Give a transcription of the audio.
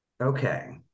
Okay